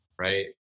right